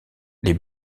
les